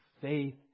faith